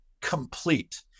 complete